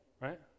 Right